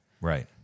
Right